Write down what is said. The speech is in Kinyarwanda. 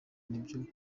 nibyo